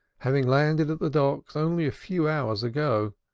having landed at the docks only a few hours ago,